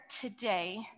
today